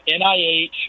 NIH